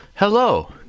Hello